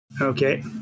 Okay